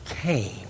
came